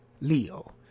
Leo